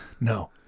No